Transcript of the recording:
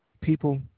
People